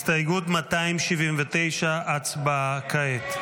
279. הסתייגות 279, הצבעה כעת.